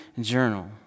journal